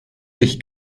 sich